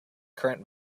current